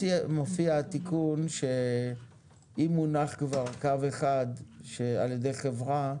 מופיע התיקון שאם הונח כבר קו אחד על ידי חברה,